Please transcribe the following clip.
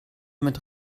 mit